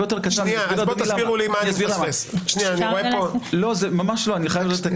ממש לא.